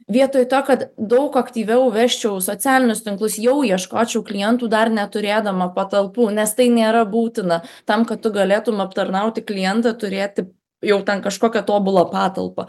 vietoj to kad daug aktyviau vesčiau socialinius tinklus jau ieškočiau klientų dar neturėdama patalpų nes tai nėra būtina tam kad tu galėtum aptarnauti klientą turėti jau ten kažkokią tobulą patalpą